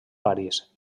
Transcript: parís